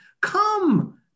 Come